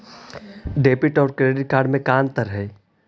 Debit और credit card में का अंतर है?